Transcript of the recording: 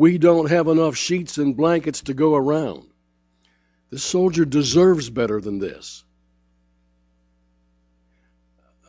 we don't have enough sheets and blankets to go around the soldier deserves better than this